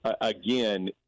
again